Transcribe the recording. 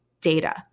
data